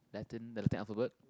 Latin the Latin alphabet